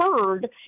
heard